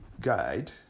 guide